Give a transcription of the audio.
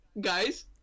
guys